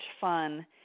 fun